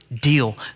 deal